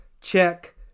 check